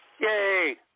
Yay